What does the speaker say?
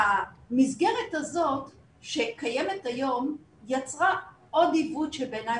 המסגרת הזאת שקיימת היום יצרה עוד עיוות שבעיניי